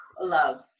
love